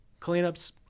cleanups